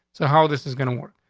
so how this is gonna work?